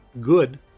good